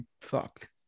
fucked